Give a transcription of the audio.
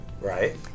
Right